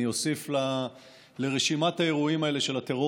אני אוסיף לרשימת האירועים האלה של הטרור